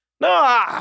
No